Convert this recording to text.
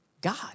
God